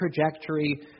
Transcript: trajectory